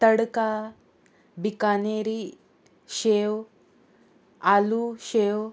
तडका बिकानेरी शेव आलू शेव